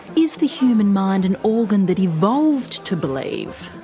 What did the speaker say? is the human mind an organ that evolved to believe?